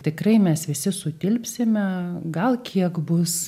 tikrai mes visi sutilpsime gal kiek bus